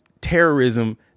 terrorism